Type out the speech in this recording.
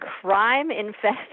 crime-infested